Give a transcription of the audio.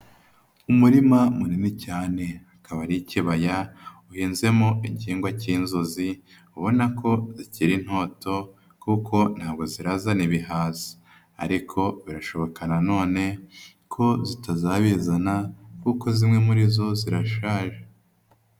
Umurima munini cyane. Akaba ari ikibaya uhinzemo igihigwa cy'inzuzi, ubona ko zikiri nto kuko ntabwo zirazana ibihaza. Ariko birashoboka nanone ko zitazabizana kuko zimwe muri zo zirashaje.